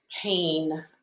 pain